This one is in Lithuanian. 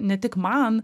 ne tik man